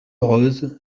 rose